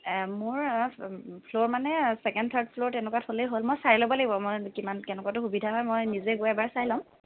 মোৰ ফ্ল'ৰ মানে second third floor তেনেকুৱাত হ'লেই হ'ল মই চাই ল'ব লাগিব মই কিমান কেনেকুৱাটো সুবিধা হয় মই নিজে গৈ এবাৰ গৈ চাই ল'ম